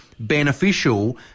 beneficial